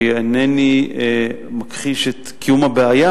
כי אינני מכחיש את קיום הבעיה,